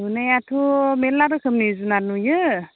नुनायाथ' मेरला रोखोमनि जुनार नुयो